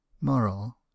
Moral